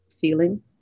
feeling